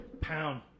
pound